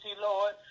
Lord